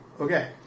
Okay